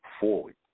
forward